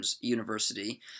University